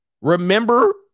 Remember